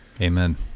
Amen